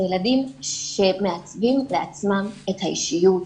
אלה ילדים שמעצבים לעצמם את האישיות.